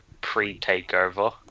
pre-takeover